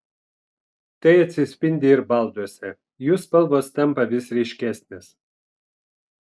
tai atsispindi ir balduose jų spalvos tampa vis ryškesnės